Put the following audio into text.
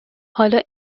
حالا